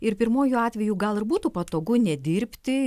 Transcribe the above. ir pirmuoju atveju gal ir būtų patogu nedirbti